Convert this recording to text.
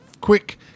quick